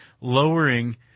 lowering